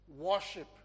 worship